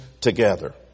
together